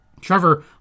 Trevor